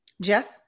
Jeff